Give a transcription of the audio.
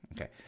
okay